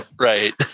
Right